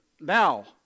Now